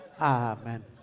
Amen